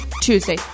Tuesday